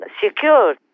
secure